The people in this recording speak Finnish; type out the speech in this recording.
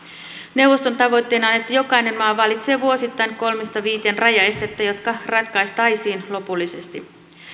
neuvoston tavoitteena on että jokainen maa valitsee vuosittain kolme viiva viisi rajaestettä jotka ratkaistaisiin lopullisesti